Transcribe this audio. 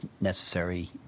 necessary